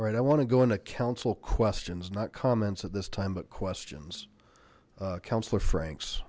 right i want to go into council questions not comments at this time but questions councillor franks